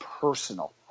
personal